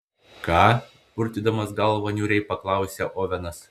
ką purtydamas galvą niūriai paklausė ovenas